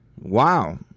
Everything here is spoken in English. Wow